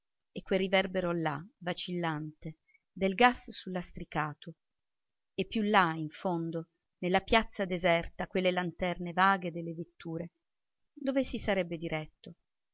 e quel riverbero là vacillante del gas sul lastricato e più là in fondo nella piazza deserta quelle lanterne vaghe delle vetture dove si sarebbe diretto